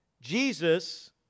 Jesus